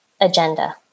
agenda